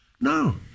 No